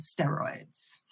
steroids